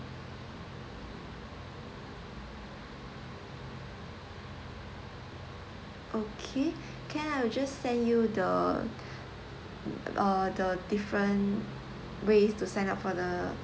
okay can I will just send you the uh the different ways to sign up for the